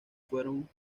fueron